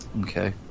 Okay